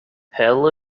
hell